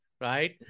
Right